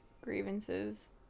grievances